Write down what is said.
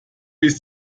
ist